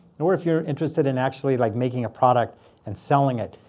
and or if you're interested in actually like making a product and selling it,